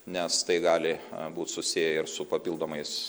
nes tai gali būt susėję ir su papildomais